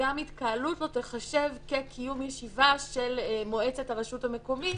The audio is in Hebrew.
שגם התקהלות לא תיחשב כקיום ישיבה של מועצת הרשות המקומית,